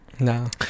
No